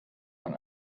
man